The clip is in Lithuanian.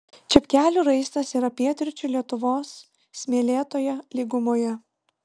čepkelių raistas yra pietryčių lietuvos smėlėtoje lygumoje